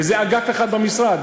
וזה אגף אחד במשרד.